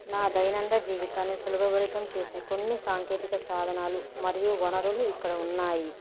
నా దైైనంద జీవితాన్ని సులభభరితం చేసే కొన్ని సాంకేతిక సాధనాలు మరియు వనరులు ఇక్కడ ఉన్నాయి